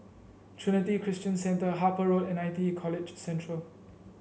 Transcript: Trinity Christian Centre Harper Road and I T E College Central